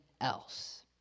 else